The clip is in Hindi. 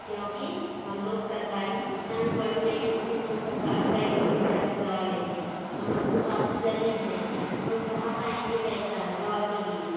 क्योंकि हम लोग सरकारी इतने भी बड़े नहीं हैं कि हम लोग सरका प्राइवेट में जा कर दवा लेंगे हम लोग तो काफ़ी गरीब हैं हम लोग कहाँ पाएँगे पैसा दवा के लिए